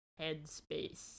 headspace